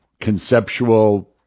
conceptual